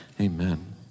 Amen